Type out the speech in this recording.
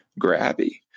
grabby